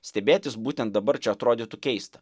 stebėtis būtent dabar čia atrodytų keista